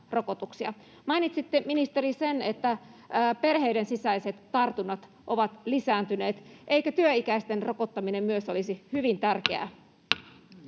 Mainitsitte, ministeri, että perheiden sisäiset tartunnat ovat lisääntyneet. Eikö työikäisten rokottaminen myös olisi hyvin tärkeää?